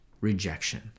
rejection